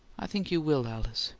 i think you will, alice.